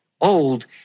old